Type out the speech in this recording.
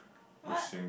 what